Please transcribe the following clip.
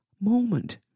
moment